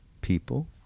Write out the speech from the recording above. people